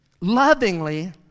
lovingly